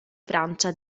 francia